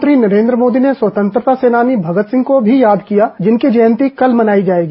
प्रधानमंत्री नरेन्द्र मोदी ने स्वतंत्रता सेनानी भगत सिंह को भी याद किया जिनकी जयंती कल मनाई जाएगी